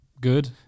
good